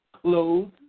clothes